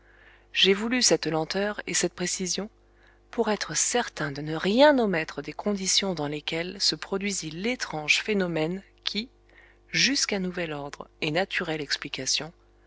j'ai voulu cette lenteur et cette précision pour être certain de ne rien omettre des conditions dans lesquelles se produisit l'étrange phénomène qui jusqu'à nouvel ordre et naturelle explication